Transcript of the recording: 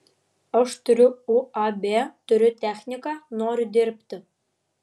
aš turiu uab turiu techniką noriu dirbti